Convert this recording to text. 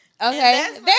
Okay